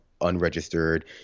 unregistered